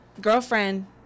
girlfriend